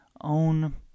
own